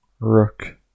Rook